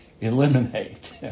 eliminate